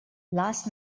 last